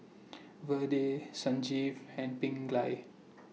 Vedre Sanjeev and Pingali